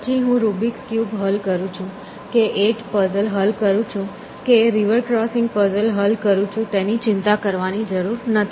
પછી હું Rubik's cube હલ કરું છું કે 8 પઝલ હલ કરું છું કે રિવર ક્રોસિંગ પઝલ હલ કરું છું તેની ચિંતા કરવાની જરૂર નથી